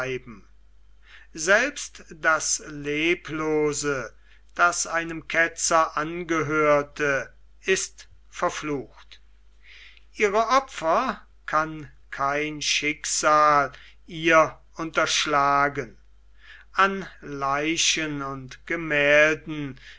selbst das leblose das einem ketzer angehörte ist verflucht ihre opfer kann kein schicksal ihr unterschlagen an leichen und gemälden